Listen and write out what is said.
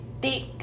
thick